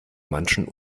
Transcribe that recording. manchen